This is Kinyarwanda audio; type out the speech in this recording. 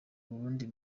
ubundi